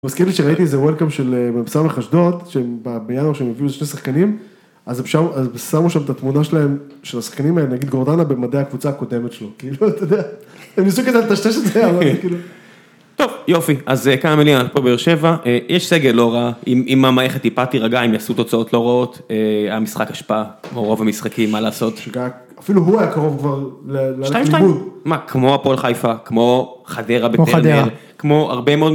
מזכיר לי שראיתי איזה וולקאם של מ.ס.אשדוד, שבבניין ההוא שהם הביאו איזה שני שחקנים, אז שמו שם את התמונה שלהם, של השחקנים האלה, נגיד גורדנה במדי הקבוצה הקודמת שלו, כאילו, אתה יודע, הם ניסו כזה לטשטש את זה, אבל זה כאילו... טוב, יופי, אז כמה מילים, אנחנו בבאר שבע, יש סגל, לא רע, אם המערכת טיפה תרגע, אם יעשו תוצאות לא רעות, היה משחק השפעה, כמו רוב המשחקים, מה לעשות? אפילו הוא היה קרוב כבר ל... 2:2 ... ללכת לאיבוד. מה, כמו הפועל חיפה, כמו חדרה בפנדל, כמו הרבה מאוד...